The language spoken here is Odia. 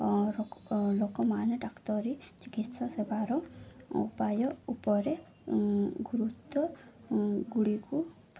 ଲୋକମାନେ ଡାକ୍ତରୀ ଚିକିତ୍ସା ସେବାର ଉପାୟ ଉପରେ ଗୁରୁତ୍ୱ ଗୁଡ଼ିକୁ